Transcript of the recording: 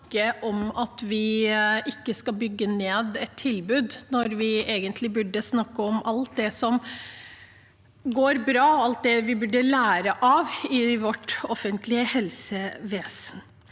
vi ikke skal bygge ned et tilbud, når vi egentlig burde snakke om alt det som går bra, og alt det vi burde lære av i vårt offentlige helsevesen.